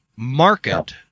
Market